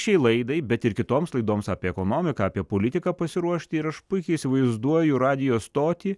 šiai laidai bet ir kitoms laidoms apie ekonomiką apie politiką pasiruošti ir aš puikiai įsivaizduoju radijo stotį